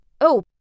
Oh